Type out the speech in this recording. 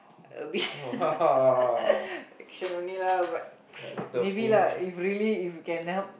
a bit action only lah but maybe lah if really if can help